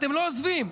אתם לא עוזבים אותו.